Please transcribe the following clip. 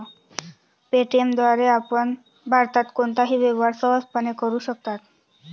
Paytm द्वारे आपण भारतात कोणताही व्यवहार सहजपणे करू शकता